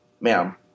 ma'am